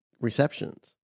receptions